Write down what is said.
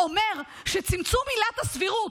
אומר שצמצום עילת הסבירות,